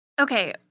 Okay